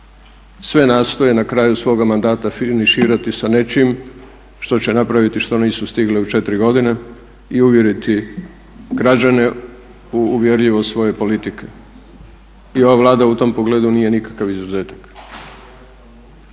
sve nastoje na kraju svoga mandata finiširati sa nečim što će napraviti što nisu stigli u 4 godine i uvjeriti građane u uvjerljivost svoje politike. I ova Vlada u tom pogledu nije nikakav izuzetak.